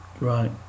Right